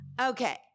Okay